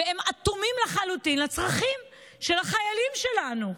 והן אטומות לחלוטין לצרכים של החיילים שלנו.